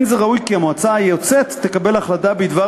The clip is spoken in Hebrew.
לא ראוי שהמועצה היוצאת תקבל החלטה בדבר